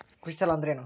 ಕೃಷಿ ಸಾಲ ಅಂದರೇನು?